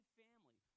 family